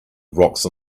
rocks